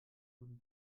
guten